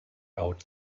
out